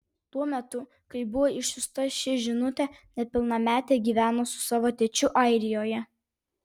tuo metu kai buvo išsiųsta ši žinutė nepilnametė gyveno su savo tėčiu airijoje